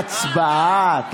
לא התחלתי שום הצבעה.